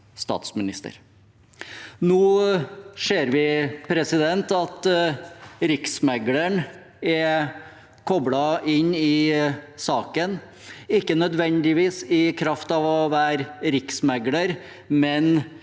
Nå ser vi at Riksmekleren er koblet inn i saken, ikke nødvendigvis i kraft av å være riksmekler, men